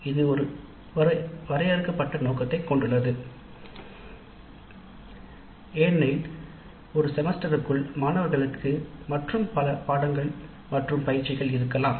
இது ஒரு வரையறுக்கப்பட்ட நோக்கத்தைக் கொண்டுள்ளது ஏனெனில் ஒரு செமஸ்டருக்குள் மாணவர்களுக்கு மற்றும் பலர் பாடநெறிகள் மற்றும் பயிற்சிகள் இருக்கலாம்